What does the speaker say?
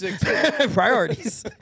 priorities